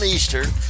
Eastern